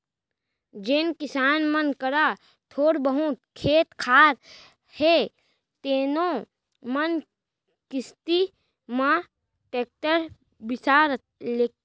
जेन किसान मन करा थोर बहुत खेत खार हे तेनो मन किस्ती म टेक्टर बिसा लेथें